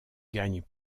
gagne